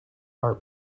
are